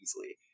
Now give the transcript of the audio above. easily